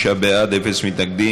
45 בעד, אפס מתנגדים.